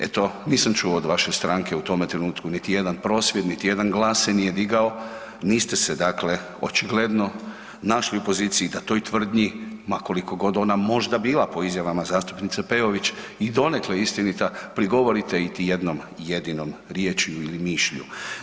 Eto nisam čuo od vaše stranke u tome trenutku niti jedan prosvjed, niti jedan glas se nije digao niste se dakle očigledno našli u poziciji da toj tvrdnji ma koliko god možda ona bila po izjavama zastupnice Peović i donekle istinita prigovorite iti jednom jedinom riječju ili mišlju.